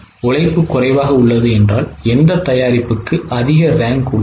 உழைப்பு குறைவாக உள்ளது என்றால் எந்த தயாரிப்புக்கு அதிக ரேங்க் உள்ளது